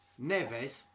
Neves